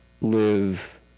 live